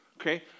okay